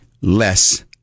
less